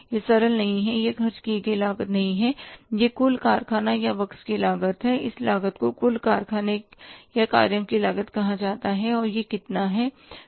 यह सरल नहीं हैयह खर्च की गई लागत नहीं है यह कुल कारखाना या वर्क्स की लागत है इस लागत को कुल कारखाने कार्यों की लागत कहा जाता है और यह कितना है